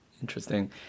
Interesting